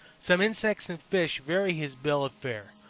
some insects and fish vary his bill of fare.